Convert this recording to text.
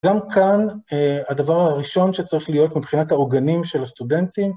גם כאן, הדבר הראשון שצריך להיות מבחינת ההוגנים של הסטודנטים,